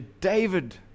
David